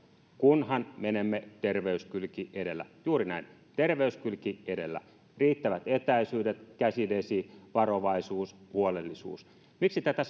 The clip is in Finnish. kunhan menemme terveyskylki edellä juuri näin terveyskylki edellä riittävät etäisyydet käsidesi varovaisuus huolellisuus miksi tätä